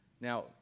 Now